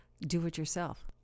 do-it-yourself